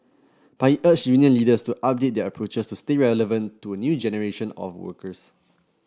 but he urged union leaders to update their approaches to stay relevant to a new generation of workers